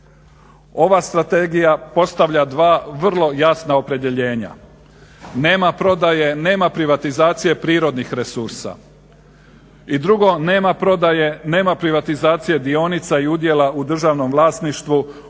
Ova strategija postavlja dva vrlo jasna opredjeljenja. Nema prodaje, nema privatizacije prirodnih resursa. I drugo, nema prodaje, nema privatizacije dionica i udjela u državnom vlasništvu